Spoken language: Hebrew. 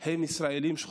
הם ישראלים שחורים,